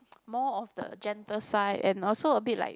more of the gentle side and also a bit like